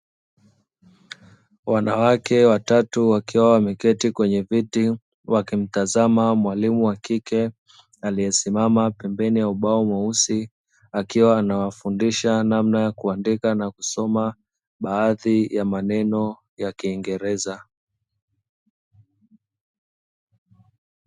Wanawake watatu wakiwa wameketi kwenye viti , wakimtazama mwalimu wakike aliyesimama pembeni mwa ubao mweusi, akiwa anawafundisha namna ya kuandikana na kusoma baadhi ya maneno ya kingereza.